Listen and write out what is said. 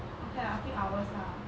okay ah a few hours lah